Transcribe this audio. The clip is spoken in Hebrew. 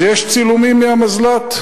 אז יש צילומים מהמזל"ט.